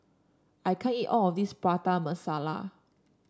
I can't eat all of this Prata Masala